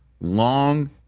long